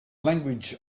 language